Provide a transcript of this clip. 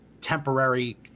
temporary